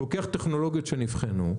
הוא לוקח טכנולוגיות שכבר נבחנו,